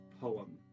poem